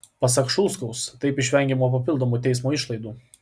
pasak šulskaus taip išvengiama papildomų teismo išlaidų